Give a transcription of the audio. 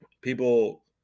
People